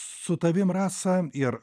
su tavim ras ir